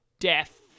death